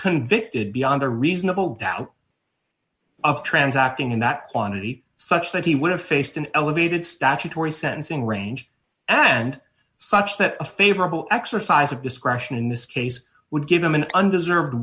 convicted beyond a reasonable doubt of transacting in that quantity such that he would have faced an elevated statutory sentencing range and such that a favorable exercise of discretion in this case would give him an undeserv